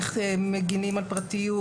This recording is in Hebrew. איך מגינים על פרטיות,